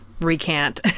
recant